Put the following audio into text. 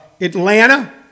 Atlanta